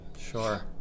Sure